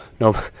no